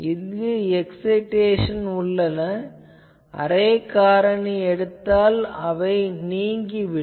இங்கு எக்சைடேசன் உள்ளன நான் அரே காரணி எடுத்தால் இவை நீங்கிவிடும்